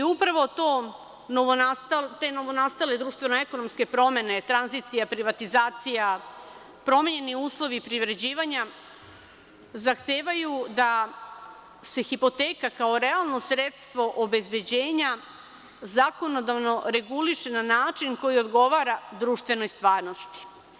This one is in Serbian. Upravo te novonastale društveno-ekonomske promene, tranzicija, privatizacija, promenjeni uslovi privređivanja, zahtevaju da se hipoteka, kao realno sredstvo obezbeđenja, zakonodavno reguliše na način koji odgovara društvenoj stvarnosti.